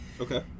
Okay